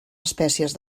espècies